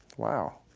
wow,